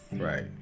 Right